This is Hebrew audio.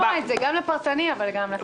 צריך לטפל גם במקרה הפרטני אבל גם בכללי.